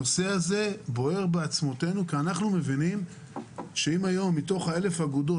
הנושא הזה בוער בעצמותינו כי אנחנו מבינים שאם היום מתוך 1,000 האגודות